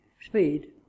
speed